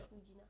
regina